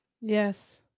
Yes